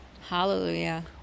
Hallelujah